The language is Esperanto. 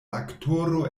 aktoro